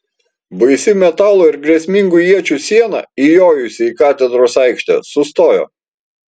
baisi metalo ir grėsmingų iečių siena įjojusi į katedros aikštę sustojo